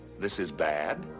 this is bad?